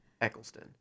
Eccleston